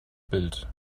bild